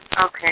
Okay